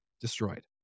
destroyed